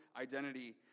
identity